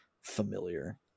familiar